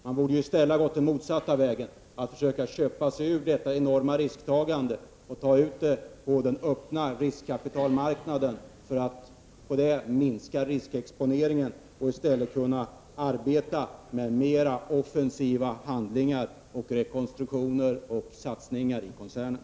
Man borde i stället ha gått den motsatta vägen och försökt köpa sig ur detta enorma risktagande på den öppna riskkapitalmarknaden för att på det sättet minska riskexponeringen och i stället kunna arbeta med mera offensiva handlingar, rekonstruktioner och satsningar i koncernen.